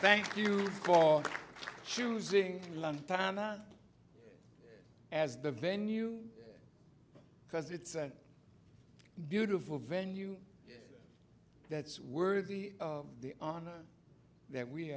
thank you for choosing time as the venue because it's a beautiful venue that's worthy of the honor that we